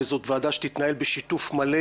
וזאת ועדה שתתנהל בשיתוף מלא,